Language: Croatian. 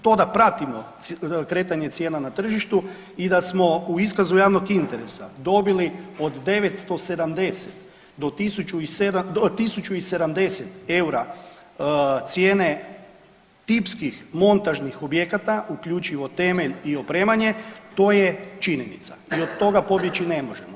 To da pratimo kretanje cijena na tržištu i da smo u iskazu javnog interesa dobili od 970 do, od 1 070 eura cijene tipskih montažnih objekata, uključivo temelj i opremanje, to je činjenica i od toga pobjeći ne možemo.